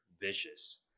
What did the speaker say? vicious